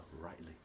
rightly